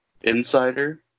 Insider